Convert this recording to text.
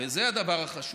וזה הדבר החשוב,